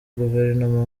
guverinoma